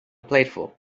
plateful